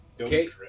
Okay